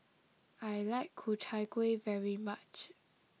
I like Ku Chai Kueh very much